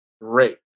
Great